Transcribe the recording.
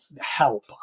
help